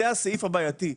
זה הסעיף הבעייתי,